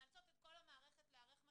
מאלצות את כל המערכת להיערך מחדש,